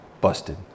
busted